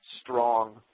Strong